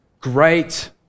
great